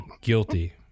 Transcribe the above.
Guilty